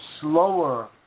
slower